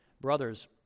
brothers